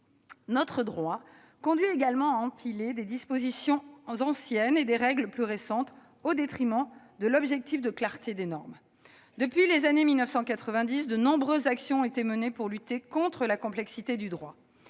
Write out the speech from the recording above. Notre droit conduit également à empiler des dispositions anciennes et des règles plus récentes, au détriment de l'objectif de clarté des normes. Depuis les années quatre-vingt-dix, de nombreuses actions ont été menées pour lutter contre la complexité du droit.